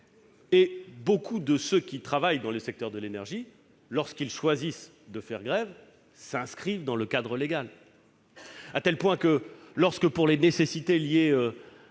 et beaucoup de ceux qui y travaillent, lorsqu'ils choisissent de faire grève, s'inscrivent dans le cadre légal. À tel point que lorsque, pour les nécessités liées